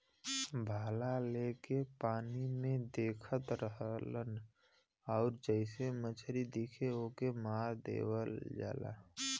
भाला लेके पानी में देखत रहलन आउर जइसे मछरी दिखे ओके मार देवल जाला